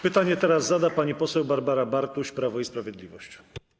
Pytanie zada teraz pani poseł Barbara Bartuś, Prawo i Sprawiedliwość.